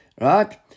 right